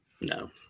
No